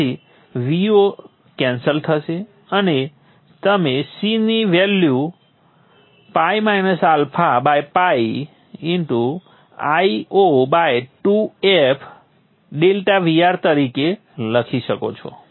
તેથી Vo cancel થશે અને તમે C ની વેલ્યુ ᴨ αᴨ Io 2f∆Vr તરીકે લખી શકો છો